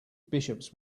bishops